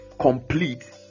complete